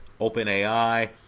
OpenAI